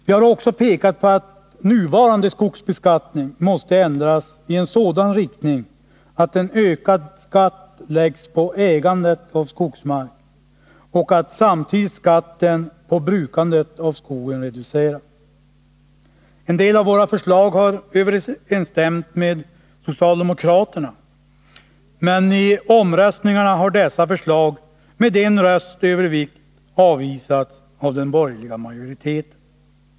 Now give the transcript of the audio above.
Vi har också pekat på att nuvarande skogsbeskattning måste ändras i sådan riktning att en ökad skatt läggs på ägandet av skogsmark och att samtidigt skatten på brukandet av skogen reduceras. En del av våra förslag har överensstämt med socialdemokraternas, men i omröstningarna har dessa förslag, med en rösts övervikt, avvisats av den borgerliga majoriteten.